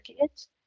kids